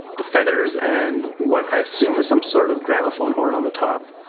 the feathers and what i assume is some sort of gramophone horn on the top,